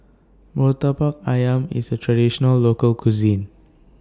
Murtabak Ayam IS A Traditional Local Cuisine